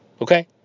Okay